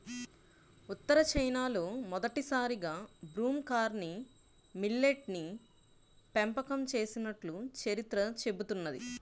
ఉత్తర చైనాలో మొదటిసారిగా broom corn millet ని పెంపకం చేసినట్లు చరిత్ర చెబుతున్నది